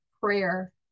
prayer